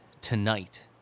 Tonight